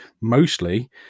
mostly